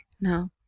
no